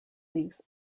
police